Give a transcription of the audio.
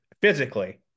physically